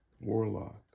warlock